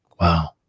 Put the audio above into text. Wow